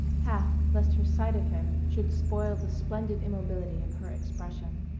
half lest her sight of him should spoil the splendid immobility of her expression.